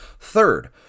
Third